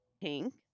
pink